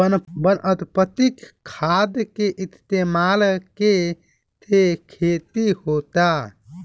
वनस्पतिक खाद के इस्तमाल के से खेती होता